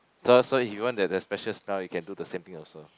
so so if you want that the special smell you can do the same thing also